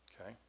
okay